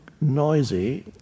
noisy